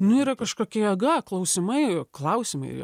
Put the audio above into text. nu yra kažkokia jėga klausimai klausimai